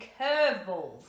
curveballs